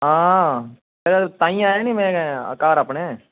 आं ओह् ताहीं आया नी अंऊ घर अपने